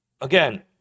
again